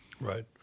Right